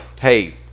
Hey